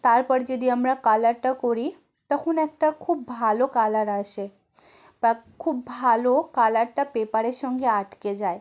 তারপর যদি আমরা কালারটা করি তখন একটা খুব ভালো কালার আসে বা খুব ভালো কালারটা পেপারে সঙ্গে আটকে যায়